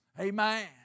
Amen